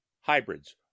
hybrids